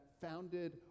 founded